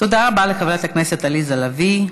תודה רבה לחברת הכנסת עליזה לביא.